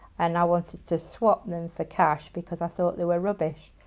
and i wanted to swap them for cash because i thought they were rubbish,